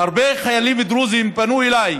והרבה חיילים דרוזים פנו אליי